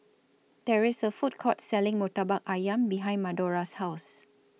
There IS A Food Court Selling Murtabak Ayam behind Madora's House